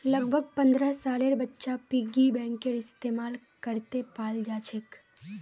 लगभग पन्द्रह सालेर बच्चा पिग्गी बैंकेर इस्तेमाल करते पाल जाछेक